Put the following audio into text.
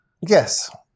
Yes